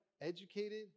educated